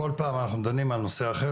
כל פעם אנחנו דנים על נושא אחר,